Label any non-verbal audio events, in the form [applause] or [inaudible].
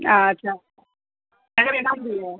अच्छा [unintelligible] भी है